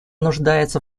нуждается